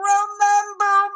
Remember